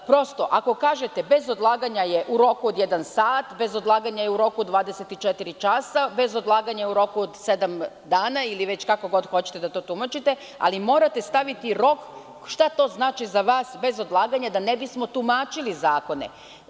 Prosto, ako kažete - bez odlaganja je u roku od jedan sat, bez odlaganja je u roku od 24 časa, bez odlaganja u roku od sedam dana i već kako god hoćete da to tumačite, ali morate staviti rok šta to znači za vas „bez odlaganja“, da ne bismo tumačili zakone.